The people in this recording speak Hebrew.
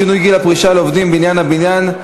שינוי גיל הפרישה לעובדים בענף הבניין),